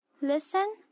Listen